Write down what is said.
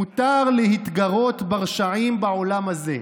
מותר להתגרות ברשעים בעולם הזה,